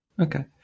Okay